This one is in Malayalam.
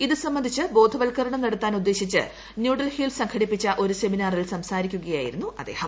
ഇത് സംബന്ധിച്ച് ബോധവത്ക്കരണം നടത്താൻ ഉദ്ദേശിച്ച് ന്യൂഡൽഹിയിൽ സംഘടിപ്പിച്ച ഒരു സെമിനാറിൽ സംസാരിക്കുകയായിരുന്നു അദ്ദേഹം